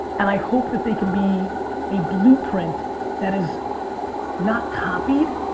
and i hope that they can be a blueprint that is not copied,